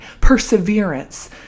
perseverance